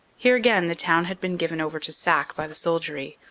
here again the town had been given over to sack by the soldiery.